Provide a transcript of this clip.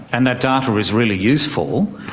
and that data is really useful,